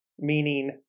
meaning